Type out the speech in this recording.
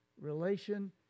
relation